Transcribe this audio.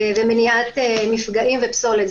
מניעת מפגעים ופסולת.